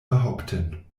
behaupten